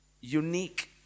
unique